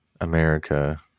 America